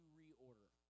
reorder